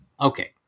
Okay